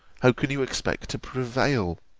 how can you expect to prevail?